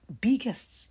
biggest